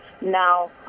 now